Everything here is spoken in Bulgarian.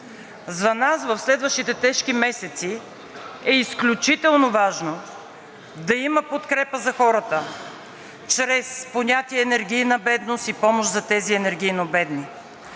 За нас в следващите тежки месеци е изключително важно да има подкрепа за хората чрез понятие енергийна бедност и помощ за тези енергийно бедни,